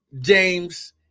James